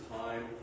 time